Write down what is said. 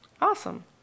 Awesome